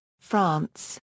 France